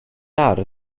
ardd